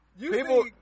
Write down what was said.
People